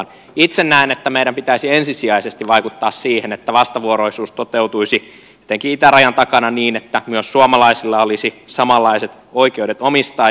itse näen että meidän pitäisi ensisijaisesti vaikuttaa siihen että vastavuoroisuus toteutuisi etenkin itärajan takana niin että myös suomalaisilla olisi samanlaiset oikeudet omistaa